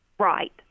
Right